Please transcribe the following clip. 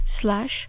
slash